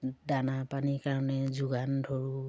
দানা পানীৰ কাৰণে যোগান ধৰোঁ